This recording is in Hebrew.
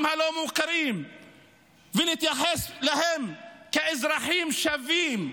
הלא-מוכרים ולהתייחס אליהם כאל אזרחים שווים,